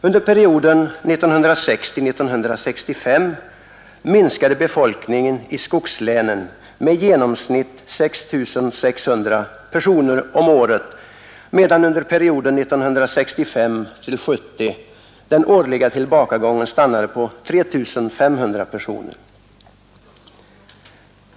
Under perioden 1960-1965 minskade befolkningen i skogslänen med i genomsnitt 6 600 personer om året, medan under perioden 1965-1970 den årliga tillbakagången stannade på 3 500 personer.